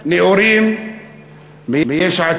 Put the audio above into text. יש לו מהצד השני חברים נאורים מיש עתיד,